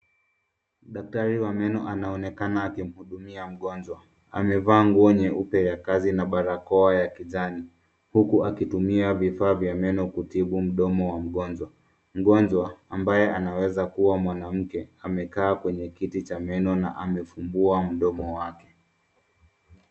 Daktari wa meno anaonekana akimhudumia mgonjwa. Amevaa nguo nyeupe ya kazi na barakoa ya kijani, huku akitumia vifaa vya meno kutibu mdomo wa mgonjwa. Mgonjwa ambaye anaweza kuwa mwanamke amekaa kwenye kiti cha meno na amefungua mdomo wake.